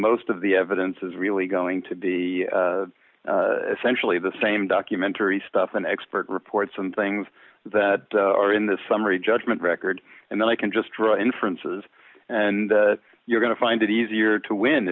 most of the evidence is really going to be essentially the same documentary stuff an expert report some things that are in the summary judgment record and they can just draw inferences and you're going to find it easier to win